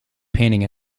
painting